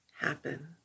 happen